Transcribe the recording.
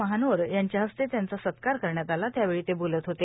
महानोर यांच्या हस्ते त्यांचा सत्कार करण्यात आला त्यावेळी ते बोलत होते